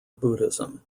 buddhism